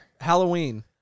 Halloween